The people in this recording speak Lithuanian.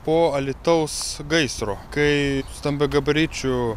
po alytaus gaisro kai stambiagabaričių